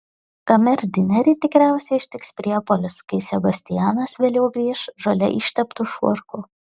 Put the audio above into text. kamerdinerį tikriausiai ištiks priepuolis kai sebastianas vėliau grįš žole išteptu švarku